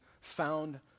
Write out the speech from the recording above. found